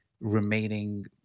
remaining